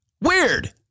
Weird